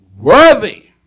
worthy